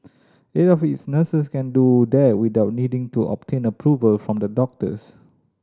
eight of its nurses can do that without needing to obtain approval from the doctors